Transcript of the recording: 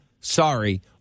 Sorry